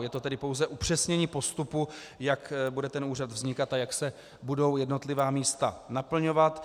Je to tedy pouze upřesnění postupu, jak bude ten úřad vznikat a jak se budou jednotlivá místa naplňovat.